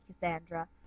Cassandra